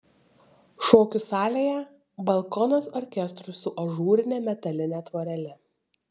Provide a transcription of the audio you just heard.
šokių salėje balkonas orkestrui su ažūrine metaline tvorele